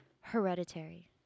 Hereditary